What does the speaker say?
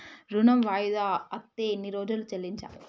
ఋణం వాయిదా అత్తే ఎన్ని రోజుల్లో చెల్లించాలి?